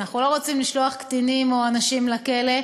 אנחנו לא רוצים לשלוח קטינים או אנשים לכלא,